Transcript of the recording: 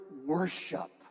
worship